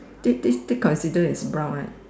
this this this consider is brown right